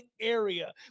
area